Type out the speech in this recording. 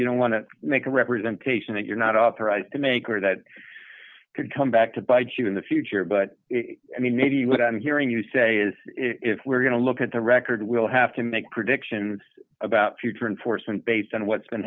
you don't want to make a representation that you're not authorized to make or that could come back to bite you in the future but i mean maybe what i'm hearing you say is if we're going to look at the record we'll have to make predictions about future and for some based on what's been